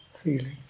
feeling